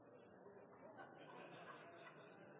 president